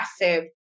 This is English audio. aggressive